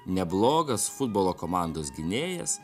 neblogas futbolo komandos gynėjas